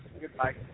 Goodbye